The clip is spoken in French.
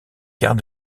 quarts